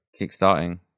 Kickstarting